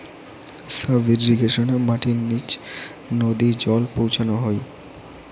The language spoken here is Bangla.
সাব ইর্রিগেশনে মাটির নিচ নদী জল পৌঁছানো হই